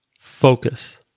focus